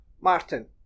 Martin